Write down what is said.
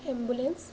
ambulance